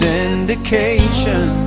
indication